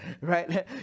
right